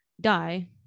die